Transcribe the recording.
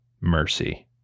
mercy